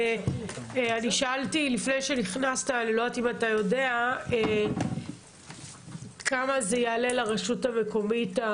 לפני שנכנסת שאלתי כמה קווי החיץ יעלו לרשות המקומית.